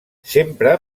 sempre